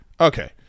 Okay